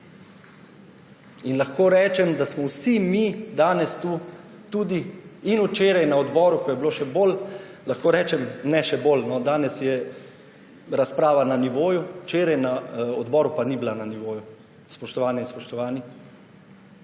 Lahko rečem, da smo vsi mi danes tukaj tudi in včeraj na odboru, ko je bilo še bolj, ne še bolj, danes je razprava na nivoju, včeraj na odboru pa ni bila na nivoju, spoštovane in spoštovani,